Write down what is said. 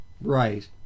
right